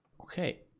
Okay